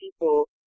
people